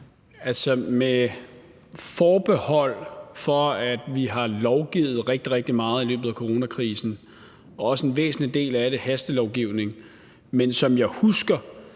Med forbehold for at vi har lovgivet rigtig, rigtig meget i løbet af coronakrisen og en væsentlig del af det også hastelovgivning, husker